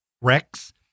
rex